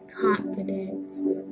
confidence